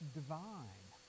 divine